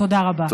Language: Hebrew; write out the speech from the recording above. תודה רבה.